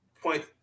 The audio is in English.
point